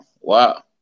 wow